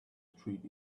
street